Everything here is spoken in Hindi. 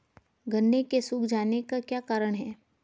गन्ने के सूख जाने का क्या कारण है?